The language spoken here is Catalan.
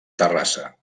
terrassa